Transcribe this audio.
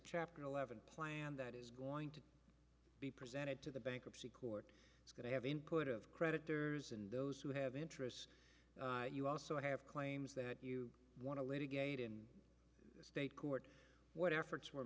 chapter eleven plan that is going to be presented to the bankruptcy court it's going to have input of creditors and those who have interests you also have claims that you want to litigate in state court what efforts were